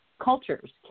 cultures